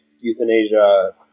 euthanasia